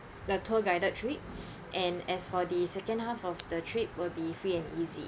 the tour guided trip and as for the second half of the trip will be free and easy